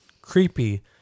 creepy